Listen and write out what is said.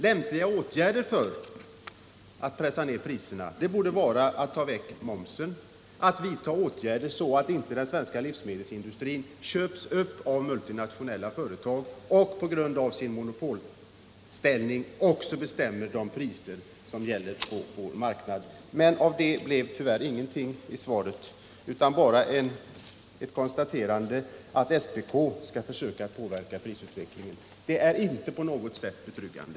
Lämpliga åtgärder för att pressa ned priserna borde vara att ta väck mom sen och se till att inte den svenska livsmedelsindustrin köps upp av multinationella företag, som på grund av sin monopolställning också bestämmer de priser som gäller på marknaden. Men av det blev tyvärr ingenting i svaret utan bara ett konstaterande att SPK skall försöka påverka prisutvecklingen. Det är inte på något sätt betryggande.